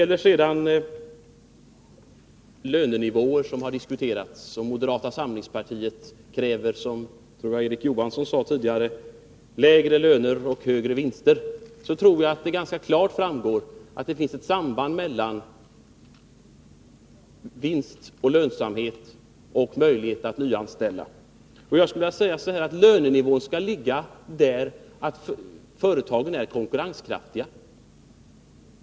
När det sedan gäller lönenivåer, som har diskuterats — jag tror att det var Erik Johansson som sade att moderata samlingspartiet kräver lägre löner och högre vinster — tror jag att det ganska klart framgår att det finns ett samband mellan vinst och lönsamhet och möjlighet för företagen att nyanställa. Jag skulle vilja säga att lönenivån skall ligga där företagen är konkurrenskraftiga.